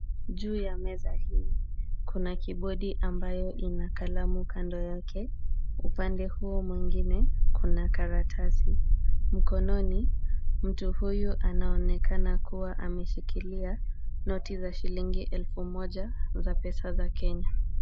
Juu ya meza hii, kuna kibodi ambayo ina kalamu kando yake. Upande huo mwingine kuna karatasi. Mkononi, mtu huyu anaonekana kuwa ameshikilia noti za shilingi elfu moja za pesa za Kenya.